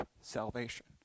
salvation